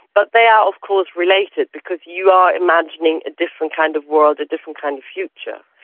but they are of course related because you are imagining a different kind of world, different kind of future.